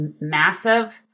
massive